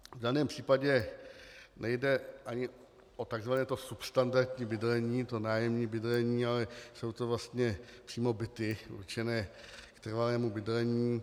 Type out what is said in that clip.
V daném případě nejde ani o tzv. to substandardní bydlení, to nájemní bydlení, ale jsou to vlastně přímo byty určené k trvalému bydlení.